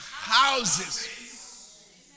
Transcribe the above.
houses